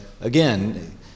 again